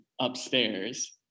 upstairs